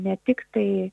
ne tik tai